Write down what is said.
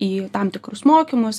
į tam tikrus mokymus